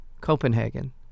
Copenhagen